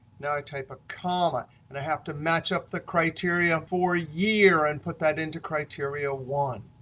now i type a comma. and i have to match up the criteria for year and put that into criteria one.